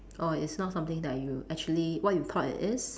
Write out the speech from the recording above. orh it's not something that you actually what you thought it is